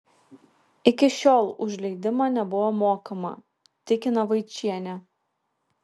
iki šiol už leidimą nebuvo mokama tikina vaičienė